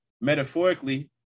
metaphorically